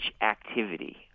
activity